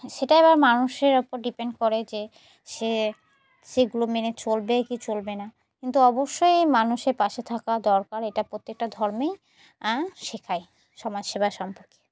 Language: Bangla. সেটা এবার মানুষের উপর ডিপেন্ড করে যে সে সে এগুলো মেনে চলবে কি চলবে না কিন্তু অবশ্যই মানুষের পাশে থাকা দরকার এটা প্রত্যেকটা ধর্মেই শেখায় সমাজসেবা সম্পর্কে